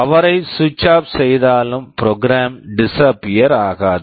power power ஐ சுவிட்ச் off switch off செய்தாலும் ப்ரோக்ராம் program டிஸ்அப்பியர் disappear ஆகாது